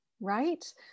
right